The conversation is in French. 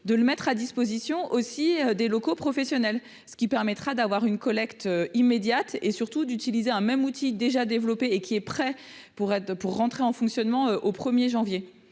de le mettre à disposition aussi des locaux professionnels, ce qui permettra d'avoir une collecte immédiate et surtout d'utiliser un même outil déjà développée et qui est prêt pour être pour rentrer en fonctionnement au 1er janvier